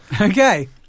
Okay